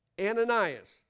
Ananias